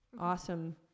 awesome